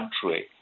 country